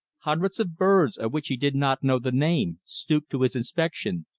hundreds of birds, of which he did not know the name, stooped to his inspection,